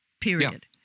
period